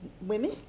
women